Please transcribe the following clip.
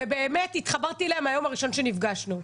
ובאמת התחברתי אליה מהיום הראשון שנפגשנו.